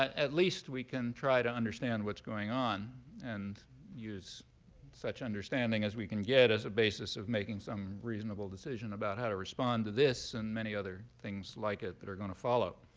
at at least we can try to understand what's going on and use such understanding as we can get as a basis of making some reasonable decision about how to respond to this and many other things like it that are going to follow.